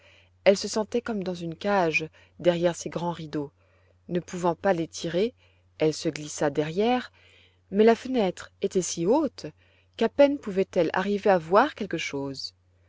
elle se sentait comme dans une cage derrière ces grands rideaux ne pouvant pas les tirer elle se glissa derrière mais la fenêtre était si haute qu'à peine pouvait-elle arriver à voir quelque chose